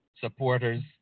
supporters